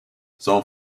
son